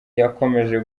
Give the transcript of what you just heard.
yakomeje